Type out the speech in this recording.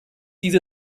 diese